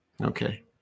Okay